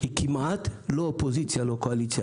היא כמעט לא אופוזיציה לא קואליציה.